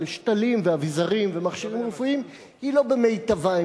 שתלים ואביזרים ומכשירים רפואיים היא לא במיטבה,